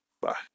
Bye